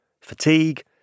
fatigue